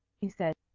he said,